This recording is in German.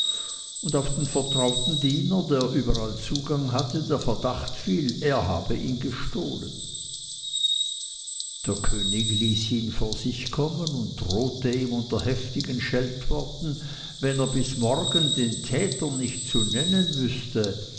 und auf den vertrauten diener der überall zugang hatte der verdacht fiel er habe ihn gestohlen der könig ließ ihn vor sich kommen und drohte ihm unter heftigen scheltworten wenn er bis morgen den täter nicht zu nennen wüßte